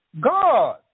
God